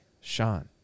Sean